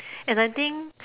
and I think